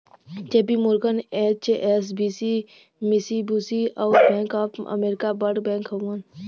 JP Morgan, HSBC, Mitsubishi, अउर bank of America बड़ bank हउवन